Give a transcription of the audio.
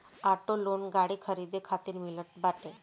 auto loan गाड़ी खरीदे खातिर मिलत बाटे